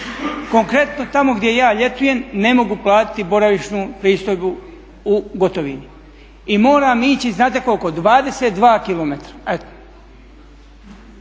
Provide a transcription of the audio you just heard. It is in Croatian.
Konkretno tamo gdje ja ljetujem ne mogu platiti boravišnu pristojbu u gotovini. I moram ići znate koliko 22km.